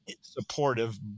supportive